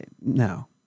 No